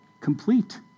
complete